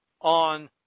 on